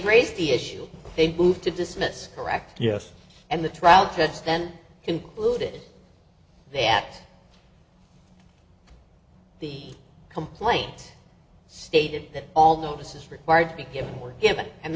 raised the issue they moved to dismiss correct yes and the trial judge then concluded that the complaint stated that all notices required to be given were given and